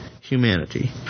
humanity